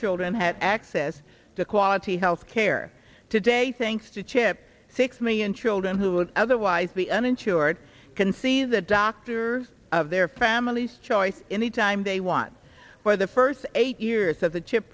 children had access to quality health care today thanks to chip six million children who would otherwise be uninsured can see the doctor of their family's choice in the time they want for the first eight years of the chip